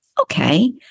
okay